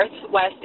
Northwest